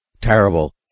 Terrible